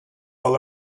all